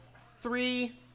three